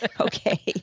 Okay